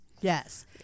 yes